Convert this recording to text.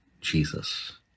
Jesus